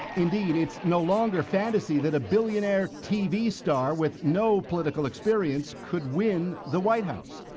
indeed, it's no longer fantasy that a billionaire tv star with no political experience could win the white house.